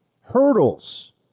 hurdles